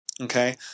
Okay